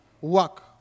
work